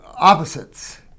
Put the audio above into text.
opposites